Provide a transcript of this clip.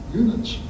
units